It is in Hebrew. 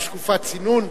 יש תקופת צינון?